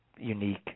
Unique